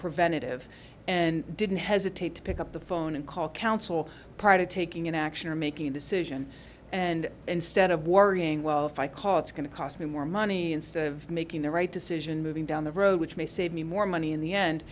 preventive and didn't hesitate to pick up the phone and call counsel prior to taking an action or making a decision and instead of worrying well if i call it's going to cost me more money instead of making the right decision moving down the road which may save me more money in the end